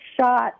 shot